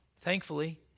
Thankfully